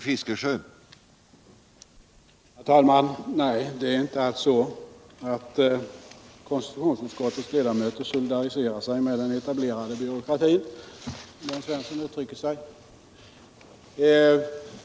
Herr talman! Det är inte alls så att konstitutionsutskottets ledamöter solidariserar sig med den etablerade byråkratin, som Jörn Svensson uttryckte det.